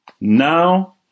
Now